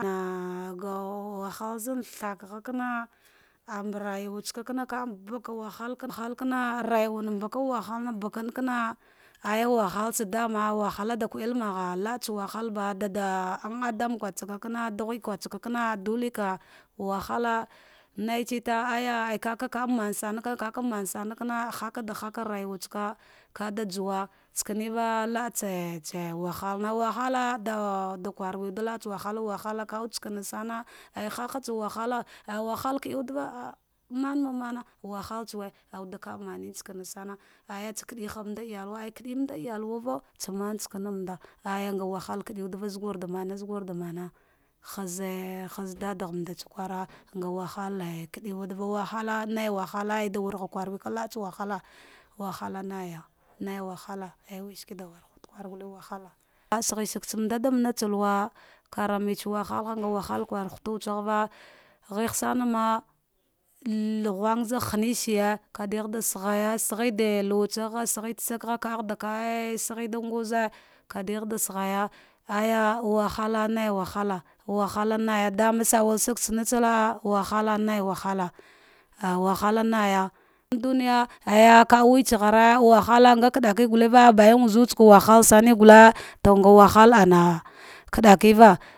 Anguw wahal zan tharghakana ambarayuwa tsa kai kabaka wahal wahalkana mbakum wahaha bakankana aya waltsadama da kulel magha laatsa wahalba dada dan adam kutsakana, dughade kwatsa kana guleka wahala naitsala kakamasana karka kakamansama hakaɗa haka tsakana kada juwarayuwa tsaka vada juva isaneva la atsa wahalna wahal da da kuwe wude ba wahaldtsane aya haha tsa wahal, awahal kadawudeva mamanane wahal tsawe, kamanwude skansana aya tsa kadihandatsa iyalwa, aya kada manda iyawua tsama tsana mand nga wahalda kadwude va aya azigurda mana azgurda mana aya haci dadaghmand tsa kwara wahala nai wahala ya da wura kural maka la atsunwahala wahalai naija, naiwahala nauwalaha as sagha tsam danada dama naghtsa luwa, karami tsa wahalha nga wuhal kuwa hutulsaghaka gheghesama nghumg zah haneshuje, kadah de saghaya kadigh da saghaya saghada saghe ah saghe da nguze vadeh da saghe sa ayya wahala naiwahala wahalanai ah sanuel sagtsa natse la'al, nai wahala ah walaha naya wahala naya mbduniya aya ka watseghare wahala nga walaha kadva guteva bayam wuzutsaka walala gule to nga walala ana kadikiva.